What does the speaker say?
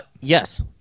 Yes